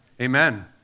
amen